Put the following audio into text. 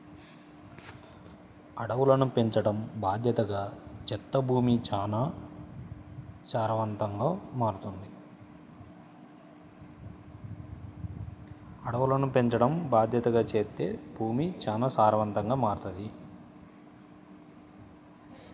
అడవులను పెంచడం బాద్దెతగా చేత్తే భూమి చానా సారవంతంగా మారతది